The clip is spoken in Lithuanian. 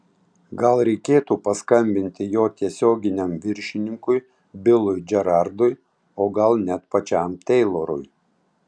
gal reikėtų paskambinti jo tiesioginiam viršininkui bilui džerardui o gal net pačiam teilorui